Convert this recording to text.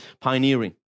Pioneering